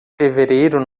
fevereiro